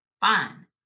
fine